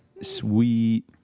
Sweet